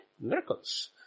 miracles